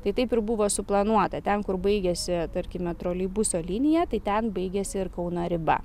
tai taip ir buvo suplanuota ten kur baigiasi tarkime troleibuso linija tai ten baigiasi ir kauno riba